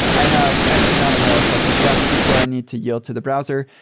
i have x-amount of milliseconds left before i need to yield to the browser,